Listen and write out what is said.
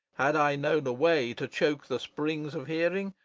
had i known a way to choke the springs of hearing,